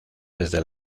desde